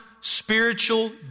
spiritual